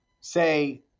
say